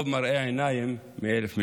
טוב מראה עיניים מאלף מילים.